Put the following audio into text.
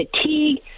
fatigue